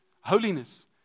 holiness